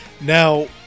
Now